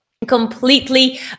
completely